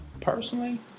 personally